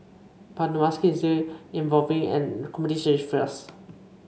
but the market is still evolving and competition is fierce